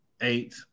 eight